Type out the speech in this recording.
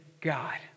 God